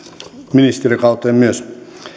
ministerikauteen